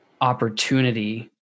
opportunity